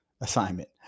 assignment